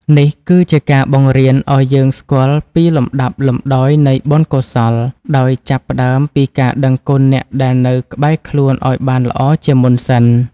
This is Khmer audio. នេះគឺជាការបង្រៀនឱ្យយើងស្គាល់ពីលំដាប់លំដោយនៃបុណ្យកុសល ដោយចាប់ផ្ដើមពីការដឹងគុណអ្នកដែលនៅក្បែរខ្លួនឱ្យបានល្អជាមុនសិន។